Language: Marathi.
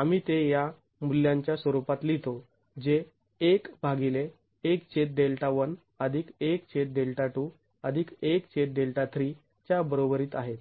तर आम्ही ते या मूल्यांच्या स्वरूपात लिहितो जे च्या बरोबरीत आहे